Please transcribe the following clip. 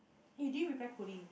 you didn't reply Cody